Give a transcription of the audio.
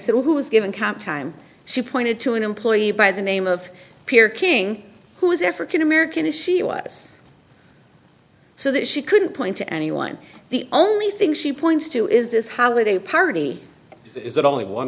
said who was given comp time she pointed to an employee by the name of pier king who was african american as she was so that she couldn't point to anyone the only thing she points to is this holiday party is that only one